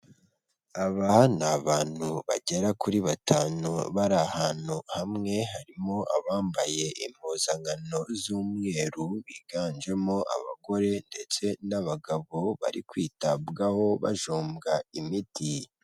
Aba ni abantu bagera kuri batanu bari ahantu hamwe, harimo abambaye impuzankano z'umweru biganjemo abagore ndetse n'abagabo, bari kwitabwaho bajombwa imiti.